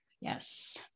Yes